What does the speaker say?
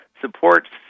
supports